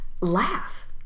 laugh